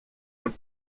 und